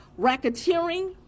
racketeering